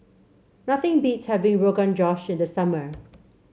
nothing beats having Rogan Josh in the summer